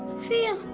feel?